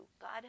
God